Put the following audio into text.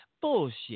Bullshit